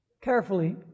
carefully